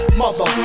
mother